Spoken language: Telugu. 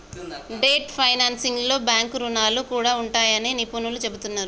డెట్ ఫైనాన్సింగ్లో బ్యాంకు రుణాలు కూడా ఉంటాయని నిపుణులు చెబుతున్నరు